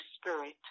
Spirit